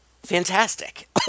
fantastic